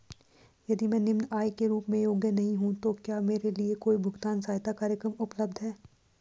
यदि मैं निम्न आय के रूप में योग्य नहीं हूँ तो क्या मेरे लिए कोई भुगतान सहायता कार्यक्रम उपलब्ध है?